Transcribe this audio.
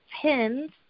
pins